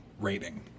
rating